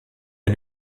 est